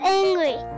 angry